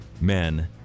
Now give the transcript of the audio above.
Men